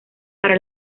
para